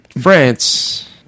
France